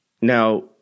Now